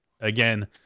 Again